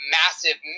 massive